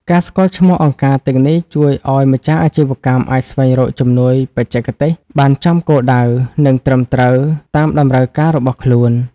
ការស្គាល់ឈ្មោះអង្គការទាំងនេះ ជួយឱ្យម្ចាស់អាជីវកម្មអាចស្វែងរក "ជំនួយបច្ចេកទេស" បានចំគោលដៅ និងត្រឹមត្រូវតាមតម្រូវការរបស់ខ្លួន។